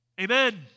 Amen